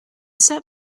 step